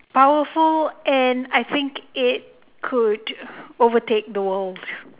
powerful and I think it could overtake the world